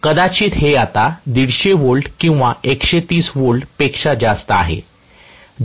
कदाचित हे आता 150 V किंवा 130 V पेक्षा जास्त आहे